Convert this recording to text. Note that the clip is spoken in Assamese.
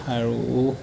আৰু